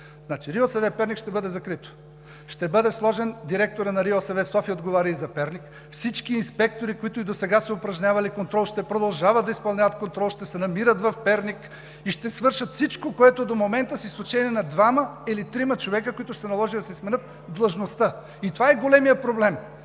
Значи РИОСВ – Перник, ще бъде закрита, ще бъде сложен директорът на РИОСВ – София, да отговаря и за Перник. Всички инспектори, които и досега са упражнявали контрол, ще продължават да изпълняват контрол, ще се намират в Перник и ще си вършат всичко, което и до момента, с изключение на двама или трима човека, които ще се наложи да си сменят длъжността. Това е големият проблем,